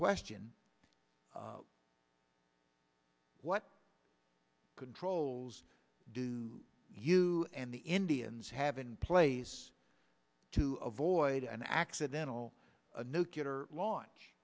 question what controls do you and the indians have in place to avoid an accidental nucular launch